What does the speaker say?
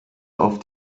auf